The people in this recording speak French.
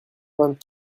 vingt